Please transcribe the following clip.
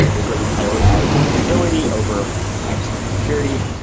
they really prioritize usability over privacy and security.